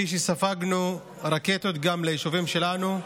כשספגנו רקטות גם ליישובים שלנו,